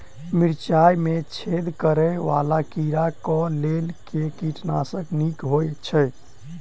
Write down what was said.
मिर्चाय मे छेद करै वला कीड़ा कऽ लेल केँ कीटनाशक नीक होइ छै?